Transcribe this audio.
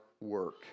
work